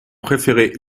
préféré